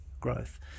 growth